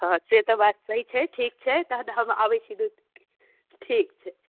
हँ से तऽ बात सही छै ठीक छै तहन हम आबै छी दुइ ठीक छै